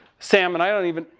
sam, and i don't even,